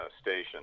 station